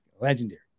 legendary